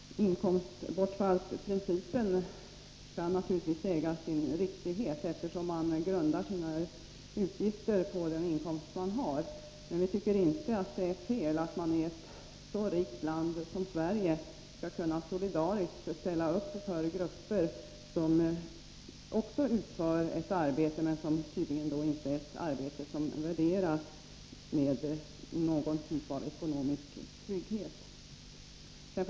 Inkomstbortfallsprincipen kan naturligtvis äga sin riktighet, eftersom man grundar sina utgifter på den inkomst man har. Men vi tycker inte att det är fel att man i ett så rikt land som Sverige skall kunna ställa upp solidariskt för grupper som också utför ett arbete, vilket tydligen inte anses vara värt en ekonomisk grundtrygghet.